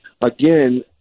again